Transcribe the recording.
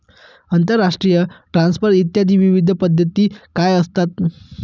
आंतरराष्ट्रीय ट्रान्सफर इत्यादी विविध पद्धती काय असतात?